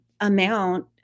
amount